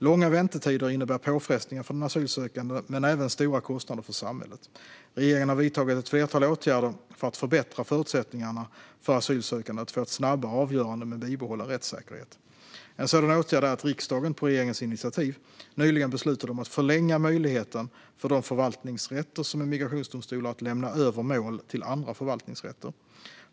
Långa väntetider innebär påfrestningar för den asylsökande, men även stora kostnader för samhället. Regeringen har vidtagit ett flertal åtgärder för att förbättra förutsättningarna för asylsökande att få ett snabbare avgörande med bibehållen rättssäkerhet. En sådan åtgärd är att riksdagen, på regeringens initiativ, nyligen beslutade om att förlänga möjligheten för de förvaltningsrätter som är migrationsdomstolar att lämna över mål till andra förvaltningsrätter.